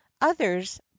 others